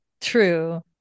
True